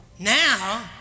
Now